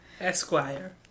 Esquire